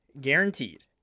guaranteed